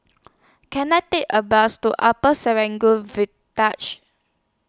Can I Take A Bus to Upper Serangoon